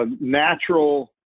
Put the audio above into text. natural